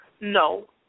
No